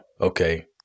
okay